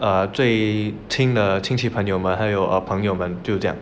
err 最亲的亲戚朋友们还有朋友们就这样